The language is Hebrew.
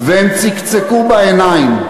והם "צקצקו" בעיניים.